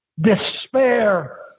despair